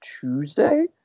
Tuesday